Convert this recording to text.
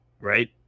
right